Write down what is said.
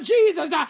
Jesus